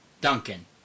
Duncan